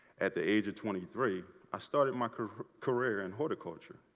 at the age of twenty three, i started my career career in horticulture